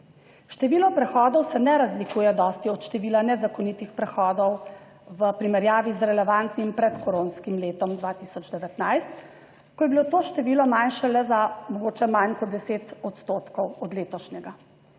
Število prehodov se ne razlikuje dosti od števila nezakonitih prehodov v primerjavi z relevantnim predkoronskim letom 2019, ko je bilo to število manjše le za mogoče manj kot 10 odstotkov od letošnjega.